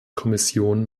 kommission